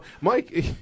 Mike